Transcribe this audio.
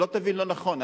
שלא תבין לא נכון,